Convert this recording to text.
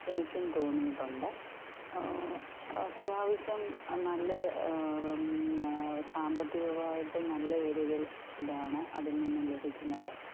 എനിക്കും തോന്നിയിട്ടുണ്ട് അത്യാവശ്യം നല്ല സാമ്പത്തികമായിട്ടും നല്ല ഒരിതിൽ ഇതാണ് അതിൽ നിന്നും ലഭിക്കുന്നത്